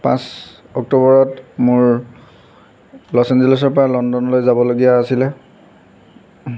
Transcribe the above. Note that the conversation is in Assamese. পাঁচ অক্টোবৰত মোৰ লছ এঞ্জেলিছৰ পৰা লণ্ডনলৈ যাবলগীয়া আছিলে